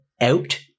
out